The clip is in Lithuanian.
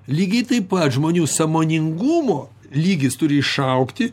lygiai taip pat žmonių sąmoningumo lygis turi išaugti